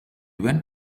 went